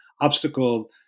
obstacle